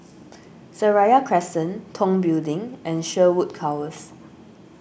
Seraya Crescent Tong Building and Sherwood Towers